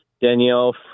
Danielle